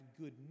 good